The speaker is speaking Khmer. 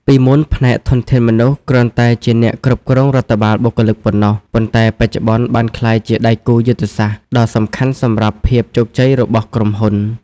ពីមុន ផ្នែកធនធានមនុស្សគ្រាន់តែជាអ្នកគ្រប់គ្រងរដ្ឋបាលបុគ្គលិកប៉ុណ្ណោះ ប៉ុន្តែបច្ចុប្បន្នបានក្លាយជាដៃគូយុទ្ធសាស្ត្រដ៏សំខាន់សម្រាប់ភាពជោគជ័យរបស់ក្រុមហ៊ុន។